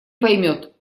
поймет